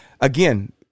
Again